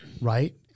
right